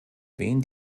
wen